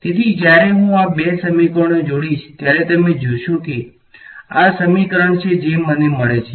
તેથી જ્યારે હું આ બે સમીકરણોને જોડીશ ત્યારે તમે જોશો કે આ સમીકરણ છે જે મને મળે છે